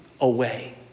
away